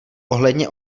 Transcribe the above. ohledně